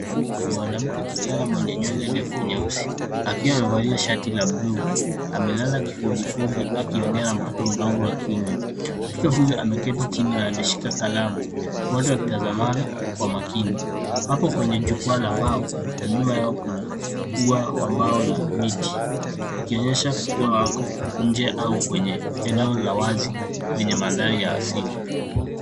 Mwanamke kijana mwenye nywele ndefu nyeusi, akiwa amevalia shati la blue , amelala kifudifudi akiongea na mtoto mdogo wa kiume. Mtoto huyo ameketi chini na ameshika kalamu, wote wakitazamana kwa makini. Wapo kwenye jukwaa la mbao, na nyuma yao kuna ua la mbao la miti, ikionyesha kuwa wako nje au kwenye eneo la wazi lenye mandhari ya asili.